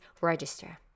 register